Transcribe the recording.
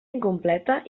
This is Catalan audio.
incompleta